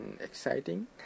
Exciting